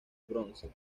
bronce